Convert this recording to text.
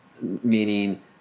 meaning